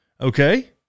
Okay